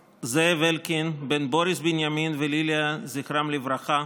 אברהם, זכרו לברכה,